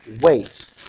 wait